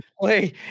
play